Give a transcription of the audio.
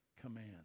command